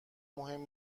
مهم